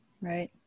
right